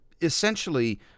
Essentially